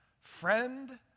Friend